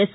S